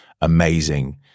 amazing